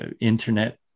internet